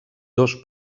dos